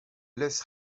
laisse